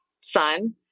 son